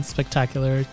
Spectacular